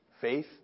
faith